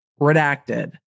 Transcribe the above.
redacted